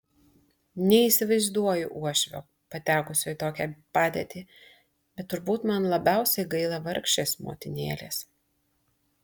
neįsivaizduoju uošvio patekusio į tokią padėtį bet turbūt man labiausiai gaila vargšės motinėlės